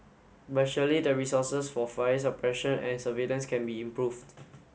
but surely the resources for fire suppression and surveillance can be improved